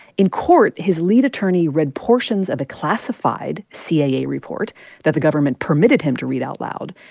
in court, his lead attorney read portions of a classified cia report that the government permitted him to read out loud.